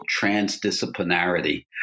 transdisciplinarity